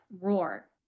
roar